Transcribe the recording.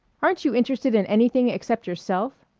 aren't you interested in anything except yourself?